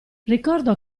ricordo